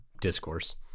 discourse